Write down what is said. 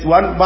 One